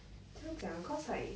怎样讲 cause like